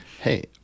Hey